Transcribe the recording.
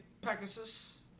pegasus